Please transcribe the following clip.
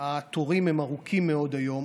התורים ארוכים מאוד היום